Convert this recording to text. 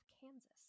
Kansas